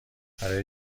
برای